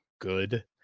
good